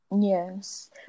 yes